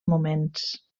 moments